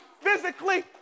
physically